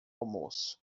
almoço